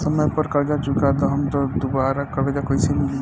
समय पर कर्जा चुका दहम त दुबाराकर्जा कइसे मिली?